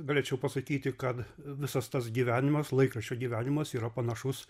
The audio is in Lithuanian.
galėčiau pasakyti kad visas tas gyvenimas laikraščio gyvenimas yra panašus